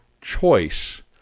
choice